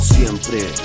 Siempre